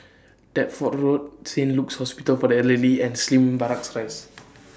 Deptford Road Saint Luke's Hospital For The Elderly and Slim Barracks Rise